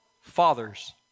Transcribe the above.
fathers